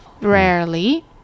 Rarely